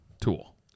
tool